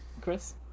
Chris